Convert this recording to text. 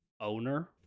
owner